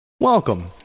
Welcome